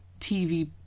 TV